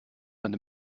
eine